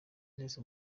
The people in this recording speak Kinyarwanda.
neza